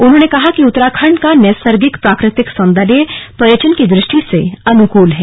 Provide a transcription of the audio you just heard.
उन्होंने कहा कि उत्तराखण्ड का नैसर्गिक प्राकृतिक सौन्द्रर्य पर्यटन की दुष्टि से अनुकूल है